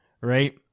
right